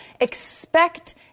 expect